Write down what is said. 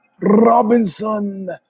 Robinson